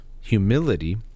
humility